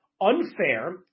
unfair